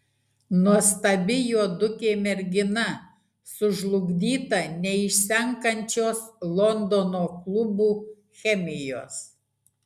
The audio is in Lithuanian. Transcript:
nuostabi juodukė mergina sužlugdyta neišsenkančios londono klubų chemijos